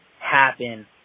happen